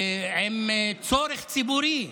עם צורך ציבורי,